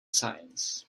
science